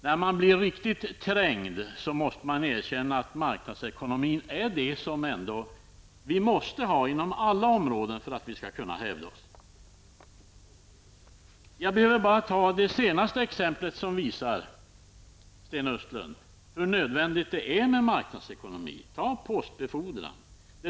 När man blir tillräckligt trängd måste man erkänna att marknadsekonomin ändå är det som vi måste ha inom alla områden för att vi skall kunna hävda oss. Jag behöver bara ta det senaste exemplet som visar, Sten Östlund, hur nödvändigt det är med marknadsekonomin -- postbefordran.